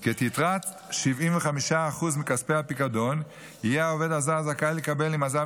כי את יתרת 75% מכספי הפיקדון יהיה העובד הזר זכאי לקבל אם עזב